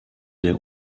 der